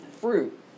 fruit